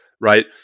right